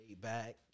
back